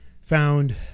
found